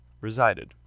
resided